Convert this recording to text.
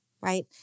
Right